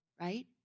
right